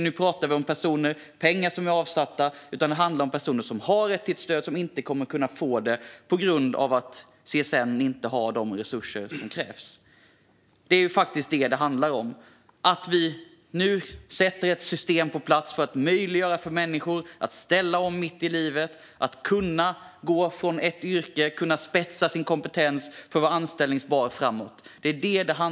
Vi talar här om pengar som är avsatta, och det handlar om personer som har rätt till stöd men som inte kommer att få det då CSN inte har de resurser som krävs. Det hela handlar om att vi inför ett system som ska möjliggöra för människor att ställa om mitt i livet, att byta yrke eller spetsa sin kompetens för att vara anställbar framöver.